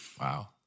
Wow